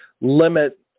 limit